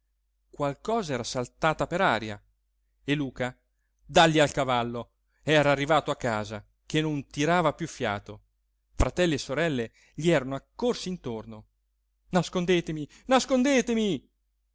qualcosa era saltata per aria e luca dàlli al cavallo era arrivato a casa che non tirava piú fiato fratelli e sorelle gli erano accorsi intorno nascondetemi nascondetemi